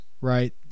right